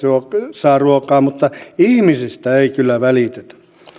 saavat ruokaa mutta ihmisistä ei kyllä välitetä